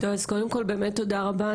אז קודם כל באמת תודה רבה,